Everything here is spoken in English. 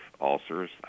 ulcers